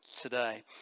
today